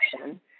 action